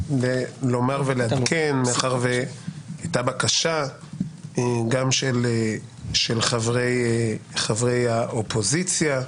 מאחר שהייתה בקשה גם של חברי האופוזיציה,